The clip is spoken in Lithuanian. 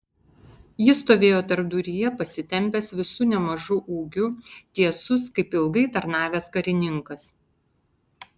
jis stovėjo tarpduryje pasitempęs visu nemažu ūgiu tiesus kaip ilgai tarnavęs karininkas